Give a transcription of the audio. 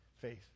faith